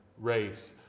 race